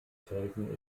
felsen